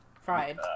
fried